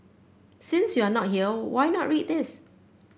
since you are not here why not read this